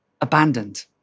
Abandoned